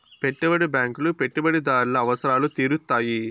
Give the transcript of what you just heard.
పెట్టుబడి బ్యాంకులు పెట్టుబడిదారుల అవసరాలు తీరుత్తాయి